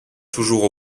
toujours